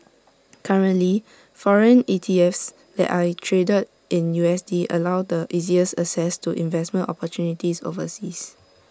currently foreign ETFs that are traded in U S D allow the easiest access to investment opportunities overseas